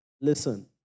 listen